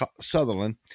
Sutherland